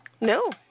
No